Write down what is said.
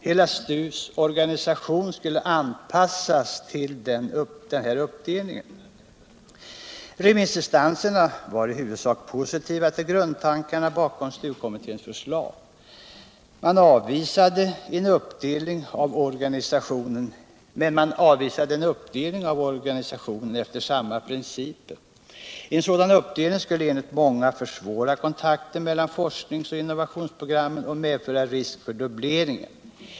Hela STU:s organisation skulle anpassas till den här uppdelningen. Remissinstanserna var i huvudsak positiva till grundtankarna bakom STU kommitténs förslag. Men man avvisade en uppdelning av organisationen efter samma principer. En sådan uppdelning skulle enligt många försvåra kontakten mellan forskningsoch innovationsprogrammet och medföra risk för dubbleringar.